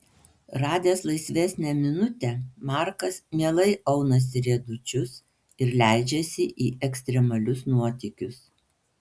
radęs laisvesnę minutę markas mielai aunasi riedučius ir leidžiasi į ekstremalius nuotykius